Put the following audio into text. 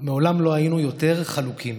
מעולם לא היינו יותר חלוקים